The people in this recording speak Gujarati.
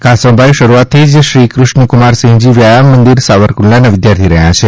કાસમભાઇ શરૂઆતથી જ શ્રીકૃષ્ણકુમારસિંહજી વ્યાયામ મંદિર સાવરકુંડલાના વિદ્યાર્થી રહ્યા છે